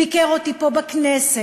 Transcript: ביקר אותי פה בכנסת.